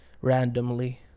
Randomly